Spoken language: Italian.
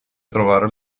trovare